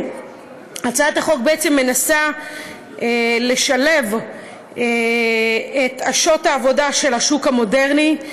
הצעת החוק בעצם מנסה לשלב את שעות העבודה של השוק המודרני.